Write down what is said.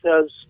says